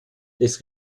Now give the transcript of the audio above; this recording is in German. des